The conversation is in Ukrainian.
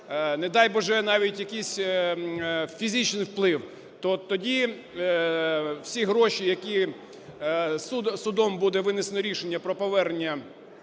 не дай Боже, навіть якийсь фізичний вплив, - то тоді всі гроші, які судом буде винесено рішення про повернення